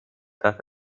that